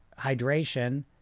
hydration